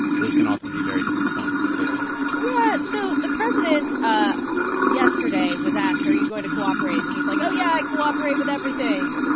those can often be very different tones and statements yeah. so the president ah yesterday was asked, are you going to cooperate, and he's like, oh, yeah, i cooperate with everything.